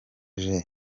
gen